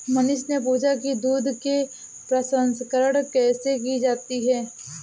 मनीष ने पूछा कि दूध के प्रसंस्करण कैसे की जाती है?